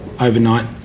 overnight